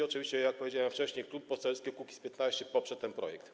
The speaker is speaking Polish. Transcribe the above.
Oczywiście, jak powiedziałem wcześniej, Klub Poselski Kukiz’15 poprze ten projekt.